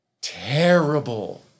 terrible